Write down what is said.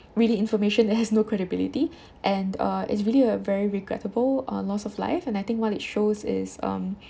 really information that has no credibility and uh it's really a very regrettable uh loss of life and I think what it shows is um